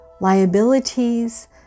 liabilities